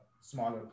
smaller